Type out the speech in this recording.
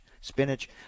Spinach